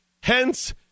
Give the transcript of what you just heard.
Hence